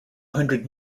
hundred